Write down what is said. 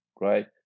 Right